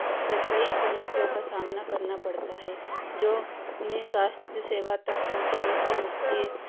अक्सर कई चुनौतियों का सामना करना पड़ता है जो उन्हें स्वास्थ्य सेवा तक पहुँचाने से रोकती है